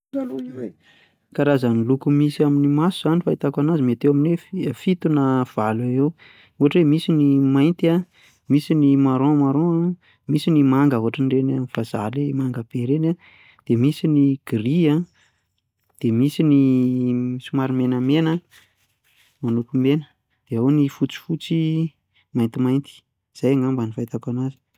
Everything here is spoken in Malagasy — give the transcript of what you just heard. Fanatanjahantena mety eo amin'ny fahefankadiny eo ihany ahakoam'maraina no manao mandeha mandeha tongotra kely na m- mihazakazaka kely am'maraina, isa-maraina. De ao anatin'ny herinandro zay mety intelo isan-kerinandro ahoko no manao fantanjahantena, ankoatr'izay moa mety misy koa ny lalao lalao baolina ohatra de efa tafiditra anatin'ny fanatanjahantena ohatra.